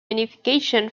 unification